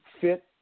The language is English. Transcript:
fit